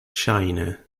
ŝajne